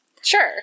Sure